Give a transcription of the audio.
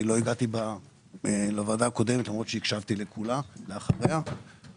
לא הגעתי לישיבת הוועדה הקודמת למרות שהקשבתי לכולה מהטעם